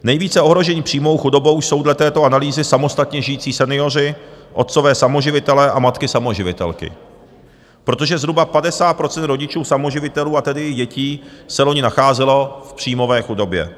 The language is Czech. Nejvíce ohroženi příjmovou chudobou jsou dle této analýzy samostatně žijící senioři, otcové samoživitelé a matky samoživitelky, protože zhruba 50 % rodičů samoživitelů, a tedy i dětí, se loni nacházelo v příjmové chudobě.